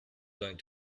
going